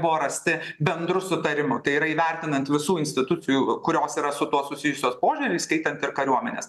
buvo rasti bendru sutarimu tai yra įvertinant visų institucijų kurios yra su tuo susijusios požiūrį įskaitant ir kariuomenės